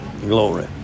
Glory